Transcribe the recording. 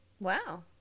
Wow